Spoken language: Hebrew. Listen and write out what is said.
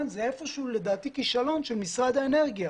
זה איזשהו כישלון של משרד האנרגיה.